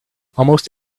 almost